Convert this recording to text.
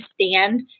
stand